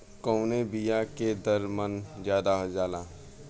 कवने बिया के दर मन ज्यादा जाला?